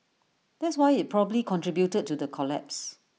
that's why IT probably contributed to the collapse